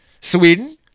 Sweden